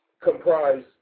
comprise